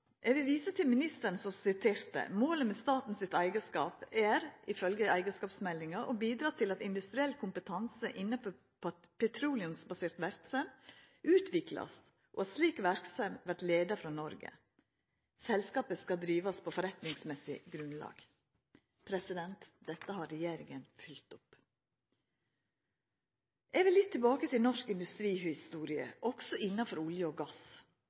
vil visa til ministeren, som sa: «Målet med statens eierskap er, jf. eierskapsmeldingen, å bidra til at industriell kompetanse innenfor petroleumsbasert virksomhet utvikles og at slik virksomhet ledes fra Norge. Selskapet skal drives på forretningsmessig grunnlag.» Dette har regjeringa følgt opp. Eg vil litt tilbake til norsk industrihistorie, også innanfor olje og gass,